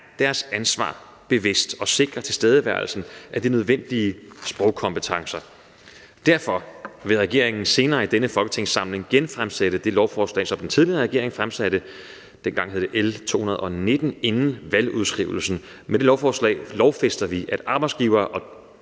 deres ansvar bevidst og sikrer tilstedeværelsen af de nødvendige sprogkompetencer. Derfor vil regeringen senere i denne folketingssamling genfremsætte det lovforslag, som den tidligere regering fremsatte inden valgudskrivelsen – dengang hed det L 219. Med det lovforslag lovfæster vi, at arbejdsgivere og